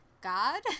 God